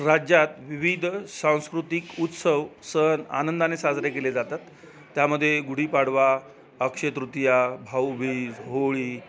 राज्यात विविध सांस्कृतिक उत्सव सण आनंदाने साजरे केले जातात त्यामध्ये गुढीपाडवा अक्षयतृतिया भाऊबीज होळी